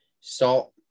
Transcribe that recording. salt